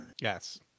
Yes